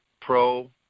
pro